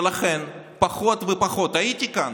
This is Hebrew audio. ולכן פחות ופחות הייתי כאן,